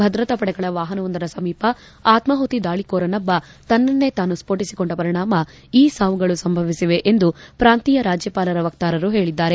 ಭದ್ರತಾ ಪಡೆಗಳ ವಾಹನವೊಂದರ ಸಮೀಪ ಆತ್ನಾಹುತಿ ದಾಳಿಕೋರರೊಬ್ಲ ತನ್ನನ್ನೇ ತಾನು ಸ್ನೋಟಿಸಿಕೊಂಡ ಪರಿಣಾಮ ಈ ಸಾವುಗಳು ಸಂಭವಿಸಿವೆ ಎಂದು ಪ್ರಾಂತೀಯ ರಾಜ್ಲಪಾಲರ ವಕ್ತಾರರು ಹೇಳಿದ್ದಾರೆ